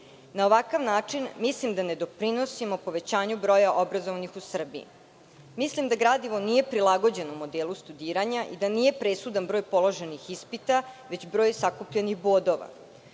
ovakav način mislim da ne doprinosimo povećanju broja obrazovanih u Srbiji. Mislim da gradivo nije prilagođeno modelu studiranja i da nije presudan broj položenih ispita, već broj sakupljenih